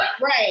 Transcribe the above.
Right